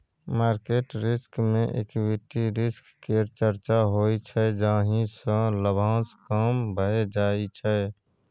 market risk मे equity risk केर चर्चा होइ छै जाहि सँ लाभांश कम भए जाइ छै